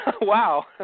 Wow